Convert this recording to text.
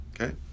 Okay